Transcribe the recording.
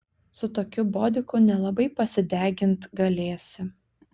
su tokiu bodiku nelabai pasidegint galėsi